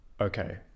okay